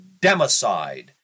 democide